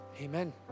Amen